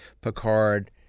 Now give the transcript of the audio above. Picard